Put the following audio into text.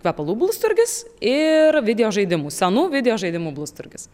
kvepalų blusturgis ir video žaidimų senų video žaidimų blustargis